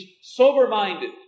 sober-minded